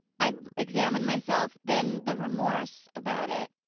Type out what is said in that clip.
i examine myself, then the remorse about it,